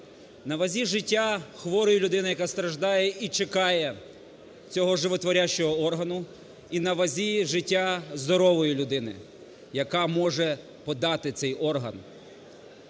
На вазі – життя хворої людини, яка страждає і чекає цього животворящого органу. І на вазі – життя здорової людини, яка може подати цей орган.